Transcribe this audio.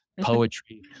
poetry